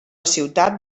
ciutat